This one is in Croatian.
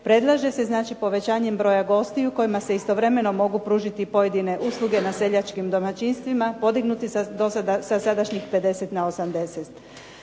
predlaže se znači povećanjem broja gostiju kojima se istovremeno mogu pružiti pojedine usluge na seljačkim domaćinstvima, podignuti sa sadašnjih 50 na 80.